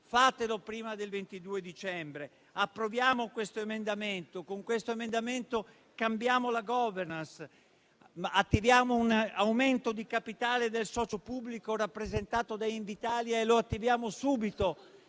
fatelo prima del 22 dicembre; approviamo questo emendamento, con il quale cambiamo la *governance*; attiviamo un aumento di capitale del socio pubblico rappresentato da Invitalia e lo attiviamo subito